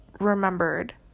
remembered